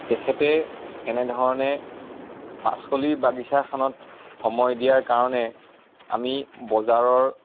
তেখেতে এনেধৰণে পাচলি বাগিচাখনত সময় দিয়াৰ কাৰণে আমি বজাৰৰ